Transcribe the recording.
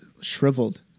shriveled